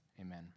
Amen